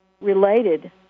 related